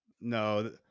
No